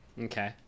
Okay